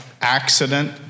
accident